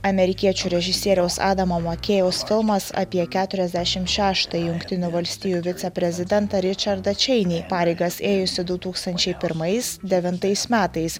amerikiečių režisieriaus adamo makėjaus filmas apie keturiasdešimt šeštąjį jungtinių valstijų viceprezidentą ričardą čeinį pareigas ėjusį du tūkstančiai pirmais devintais metais